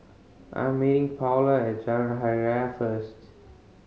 I'm meeting Paola at Jalan Hari Raya first